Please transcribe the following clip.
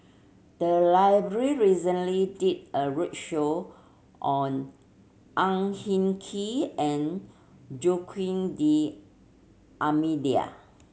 the library recently did a roadshow on Ang Hin Kee and Joaquim D'Almeida